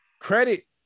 credit